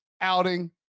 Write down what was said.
outing